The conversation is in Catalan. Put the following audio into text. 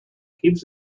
equips